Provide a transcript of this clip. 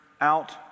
out